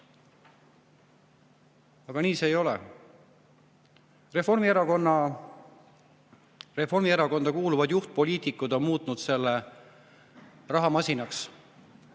Aga nii see ei ole. Reformierakonda kuuluvad juhtpoliitikud on muutnud selle rahamasinaks,